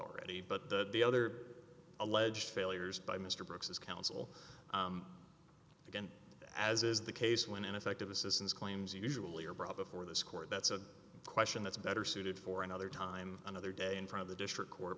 already but that the other alleged failures by mr brooks is counsel again as is the case when ineffective assistance claims usually are brought before this court that's a question that's better suited for another time another day in front of the district court